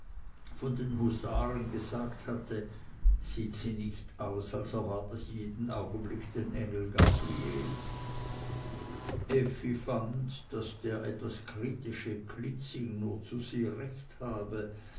von den husaren gesagt hatte sieht sie nicht aus als erwarte sie jeden augenblick den engel gabriel effi fand daß der etwas kritische klitzing nur zu sehr recht habe